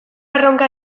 erronka